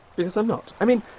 because i'm not. i mean,